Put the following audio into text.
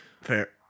Fair